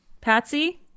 Patsy